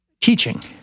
teaching